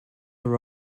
are